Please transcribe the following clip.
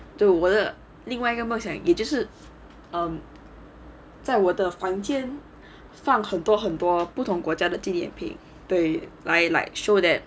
对我的另外一个梦想也就是 um 在我的房间放很多很多不同国家的纪念品对来来 like show that